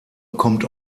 kommt